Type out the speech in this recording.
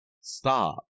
stop